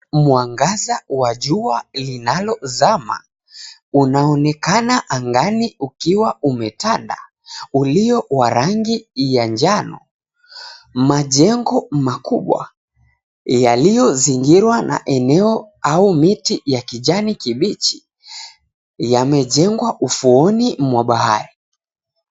Mwangaza wa jua linalozama unaonekana angani ukiwa umetanda ulio wa rangi ya njano. Majengo makubwa yaliyozingirwa na eneo au miti ya kijani kibichi yamejengwa ufuoni mwa bahari.